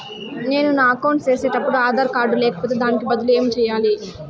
నేను నా అకౌంట్ సేసేటప్పుడు ఆధార్ కార్డు లేకపోతే దానికి బదులు ఏమి సెయ్యాలి?